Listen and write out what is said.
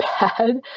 bad